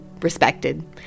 respected